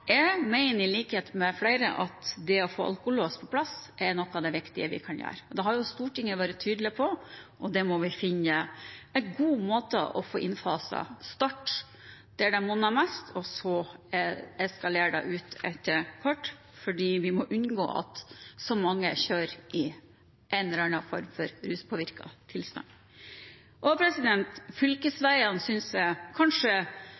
Jeg mener, i likhet med flere, at det å få alkolås på plass er noe av det viktige vi kan gjøre. Det har Stortinget vært tydelig på, og vi må finne en god måte å få innfaset det på – starte der det monner mest, og så eskalere etter hvert, fordi vi må unngå at så mange kjører i en eller annen form for ruspåvirket tilstand. Fylkesveiene synes jeg kanskje